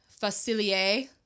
Facilier